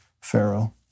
Pharaoh